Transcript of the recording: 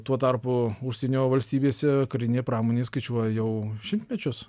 tuo tarpu užsienio valstybėse karinė pramonė skaičiuoja jau šimtmečius